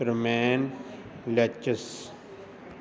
ਰਮੈਨ ਲੈਚਸ